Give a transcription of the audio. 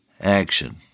action